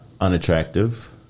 unattractive